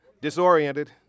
Disoriented